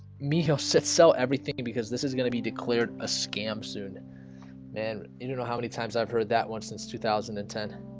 me. he'll sit sell everything because this is gonna be declared a scam soon and you know how many times i've heard that one since two thousand and ten